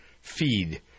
feed